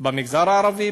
במגזר הערבי,